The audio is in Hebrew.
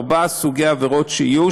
ארבעה סוגי עבירות שיהיו,